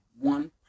one